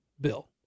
bill